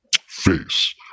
face